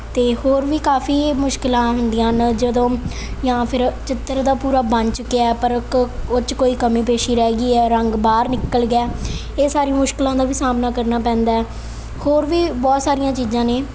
ਅਤੇ ਹੋਰ ਵੀ ਕਾਫੀ ਮੁਸ਼ਕਿਲਾਂ ਹੁੰਦੀਆਂ ਹਨ ਜਦੋਂ ਜਾਂ ਫਿਰ ਚਿੱਤਰ ਦਾ ਪੂਰਾ ਬਣ ਚੁੱਕਿਆ ਪਰ ਕ ਉਹ 'ਚ ਕੋਈ ਕਮੀ ਪੇਸ਼ੀ ਰਹਿ ਗਈ ਹੈ ਰੰਗ ਬਾਹਰ ਨਿਕਲ ਗਿਆ ਇਹ ਸਾਰੀ ਮੁਸ਼ਕਿਲਾਂ ਦਾ ਵੀ ਸਾਹਮਣਾ ਕਰਨਾ ਪੈਂਦਾ ਹੋਰ ਵੀ ਬਹੁਤ ਸਾਰੀਆਂ ਚੀਜ਼ਾਂ ਨੇ